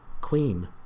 queen